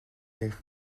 eich